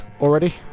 already